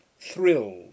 thrilled